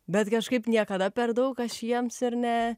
bet kažkaip niekada per daug aš jiems ir ne